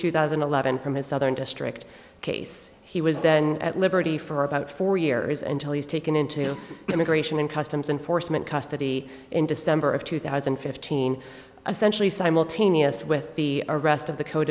two thousand and eleven from his southern district case he was then at liberty for about four years until he's taken in to immigration and customs enforcement custody in december of two thousand and fifteen essentially simultaneous with the arrest of the co de